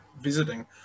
visiting